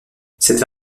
cette